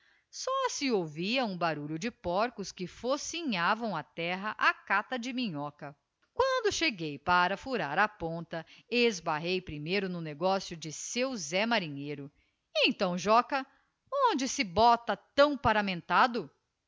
só se ouvia um barulho de porcos que focinhavam a terra á cata de minhoca quando cheguei para furar a ponta esbarrei primeiro no negocio de seu zé marinheiro então joca aonde se bota tão paramentado